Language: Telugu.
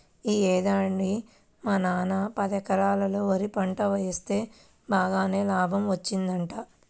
యీ ఏడాది మా నాన్న పదెకరాల్లో వరి పంట వేస్తె బాగానే లాభం వచ్చిందంట